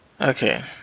Okay